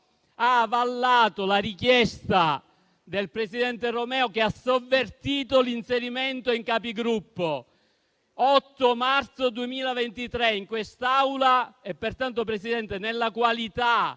ha avallato la richiesta del presidente Romeo, che ha sovvertito l'inserimento nella Conferenza dei Capigruppo; 8 marzo 2023, in quest'Aula. Pertanto, Presidente, nella qualità